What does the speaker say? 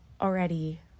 already